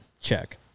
Check